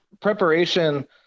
preparation